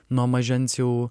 nuo mažens jau